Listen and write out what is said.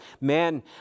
Man